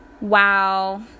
wow